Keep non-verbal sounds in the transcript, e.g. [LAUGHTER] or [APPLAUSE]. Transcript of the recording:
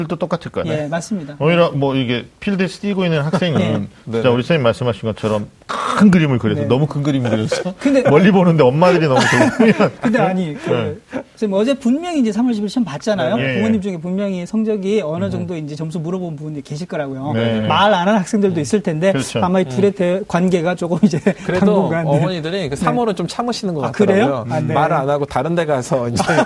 똑같을 거야. 예, 맞습니다. 오히려 뭐 이게 필드에 뛰고 있는 [LAUGHS] 네. 학생은 진짜 우리 네네. 선생님 말씀하신 것처럼 큰 그림을 그려서 네. 너무 큰 그림을 그려서 근데- [LAUGHS] 멀리 보는데 엄마들이 너무 [LAUGHS] [LAUGHS] 좋으면- 근데 아니, [LAUGHS] 그 네. 선생님 어제 분명히 이제 3월 10일 시험 봤잖아요. 네네. 부모님 예. 중에 분명히 성적이 어느 음. 정도인지 점수 물어본 분이 계실 거라고요. 네. 말 안 하는 학생들도 있을 텐데 그렇죠. 아마 이 둘의 음. 대- 관계가 [LAUGHS] 조금 이제 그래도 당분간은- 어머니들이 그 네. 3월은 좀 참으시는 것 아, 그래요? 같더라고요. 아, 말 네. 안 하고 다른 데 가서 [LAUGHS] 이제